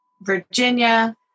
virginia